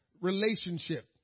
relationship